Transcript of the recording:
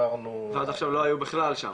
עד עכשיו לא היו בכלל שם?